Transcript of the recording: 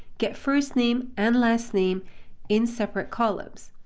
get first name and last name in separate columns.